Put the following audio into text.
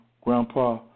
Grandpa